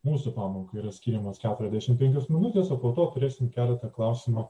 mūsų pamokai yra skiriamos keturiasdešimt penkios minutės o po to turėsime keletą klausimų